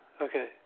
Okay